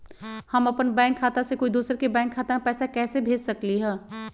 हम अपन बैंक खाता से कोई दोसर के बैंक खाता में पैसा कैसे भेज सकली ह?